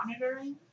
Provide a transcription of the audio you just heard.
monitoring